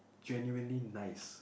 genuinely nice